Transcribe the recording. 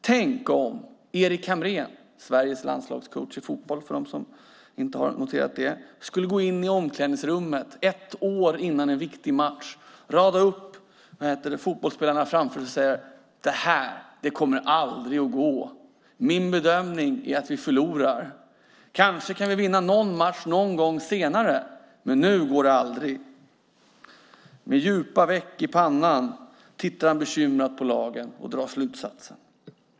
Tänk om Erik Hamrén - Sveriges landslagscoach i fotboll för dem som inte har noterat det - skulle gå in i omklädningsrummet ett år före en viktig match och rada upp fotbollsspelarna framför sig och säga: Det här kommer aldrig att gå. Min bedömning är att vi förlorar. Kanske kan vi vinna någon match någon gång senare, men nu går det aldrig. Med djupa veck i pannan tittar han bekymrat på laget och drar slutsatsen.